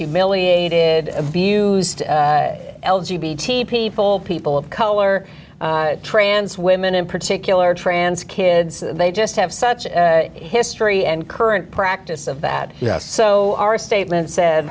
humiliated abused l g b t people people of color trans women in particular trans kids they just have such a history and current practice of that so our statement said